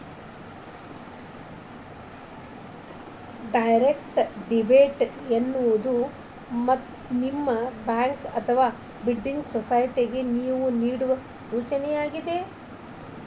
direct debit ಎನ್ನುವುದು ನಿಮ್ಮ bank ಅಥವಾ ಬಿಲ್ಡಿಂಗ್ ಸೊಸೈಟಿಗೆ ನೇವು ನೇಡುವ ಸೂಚನೆಯಾಗಿದೆ